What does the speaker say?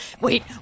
wait